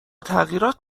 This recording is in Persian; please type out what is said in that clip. تغییرات